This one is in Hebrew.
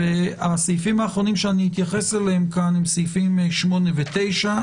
הסעיפים האחרונים שאתייחס אליהם פה הם 8 ו-9.